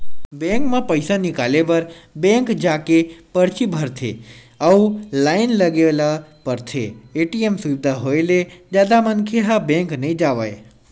bank म पइसा निकाले बर बेंक जाके परची भरथे अउ लाइन लगे ल परथे, ए.टी.एम सुबिधा होय ले जादा मनखे ह बेंक नइ जावय